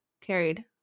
carried